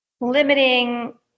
Limiting